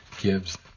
gives